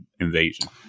invasion